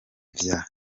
vya